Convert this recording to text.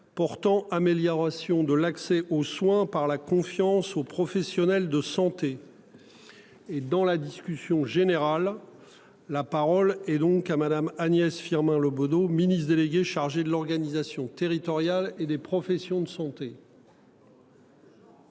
portant amélioration de l'accès aux soins par la confiance aux professionnels de santé. Et dans la discussion générale. La parole est donc à Madame Agnès Firmin Le Bodo, ministre délégué chargé de l'organisation territoriale et des professions de santé.